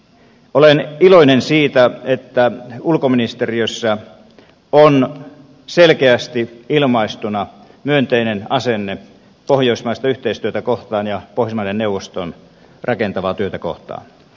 olen iloinen siitä että ulkoministeriössä on selkeästi ilmaistuna myönteinen asenne pohjoismaista yhteistyötä kohtaan ja pohjoismaiden neuvoston rakentavaa työtä kohtaan